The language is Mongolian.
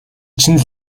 чинь